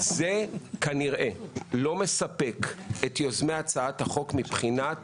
כנראה זה לא מספק את יוזמי הצעת החוק מבחינת